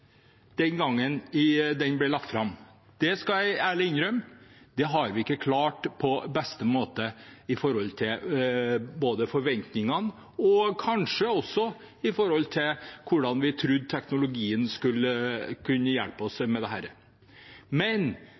den gangen den ble lagt fram. Det skal jeg ærlig innrømme. Det har vi ikke klart på beste måte, verken når det gjelder forventninger eller kanskje også når det gjelder hvordan vi trodde teknologien kunne hjelpe oss med dette. Det